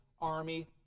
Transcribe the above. army